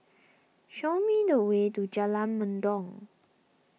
show me the way to Jalan Mendong